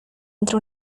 entre